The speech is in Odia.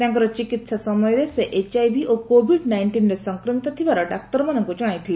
ତାଙ୍କର ଚିକିତ୍ସା ସମୟରେ ସେ ଏଚ୍ଆଇଭି ଓ କୋଭିଡ୍ ନାଇଷ୍ଟିନ୍ରେ ସଂକ୍ରମିତ ଥିବାର ଡାକ୍ତରମାନଙ୍କୁ ଜଣାଇଥିଲେ